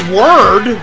word